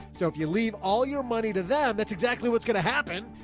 so if you leave all your money to them, that's exactly what's going to happen.